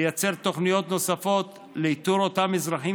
לייצר תוכניות נוספות לאיתור אותם אזרחים